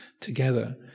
together